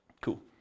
Cool